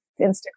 Instagram